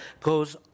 goes